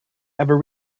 ever